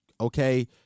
okay